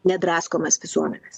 nedraskomas visuomenės